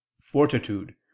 fortitude